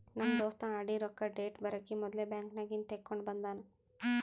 ನಮ್ ದೋಸ್ತ ಆರ್.ಡಿ ರೊಕ್ಕಾ ಡೇಟ್ ಬರಕಿ ಮೊದ್ಲೇ ಬ್ಯಾಂಕ್ ನಾಗಿಂದ್ ತೆಕ್ಕೊಂಡ್ ಬಂದಾನ